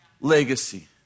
legacy